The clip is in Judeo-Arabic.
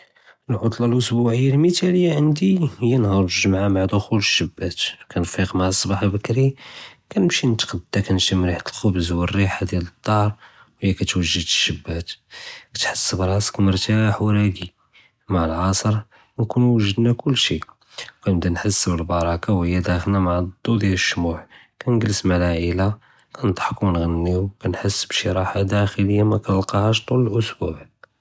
אלעֻטְלַה אלְאֻסְבּוּעִיַה אֶלמִתְ׳אלִיַה עַנְדִי הִיֵא נְהַאר אֶלג׳ֻמְעַה מעַא דוּחוּל שַׁבַּאת, כּנְפִיק מעַא אֶצּבַּאח בּכּרִי וּנִמשִי נִתְקַּדַּא כּנְשֻׁם רִיחַת אֶלחְ'בְּז וּרִיחַה דִיַאל אֶלדַּאר וְהִיַא כּתְוַגֶּד אֶלשַׁבַּאת, כִּתְחַס בְּראסַכּ מֻרְתַאח וּרַאקִי, וּמעַא אֶלעַצְר נְכוּנוּ וְגֶ׳דְנַא כֻּלשי וּכנְבְּדַא נְחַס בֶּאלבַּרַכַּה וְהִיַא דַאחְלַה מעַא אֶלדּוּ דִיַאל אֶלשְׁמוּע, כּנְגְ׳לֶס מעַא אֶלעַאִלַה כּנְדְחַקוּ וּכנְעְ׳נִיוּ, כּנְחַס בּשי רַאחַה דַאִחְלִיַה מא כּנְלְקַּאהַאש טוּל אֶלְאֻסְבּוּע.